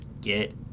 get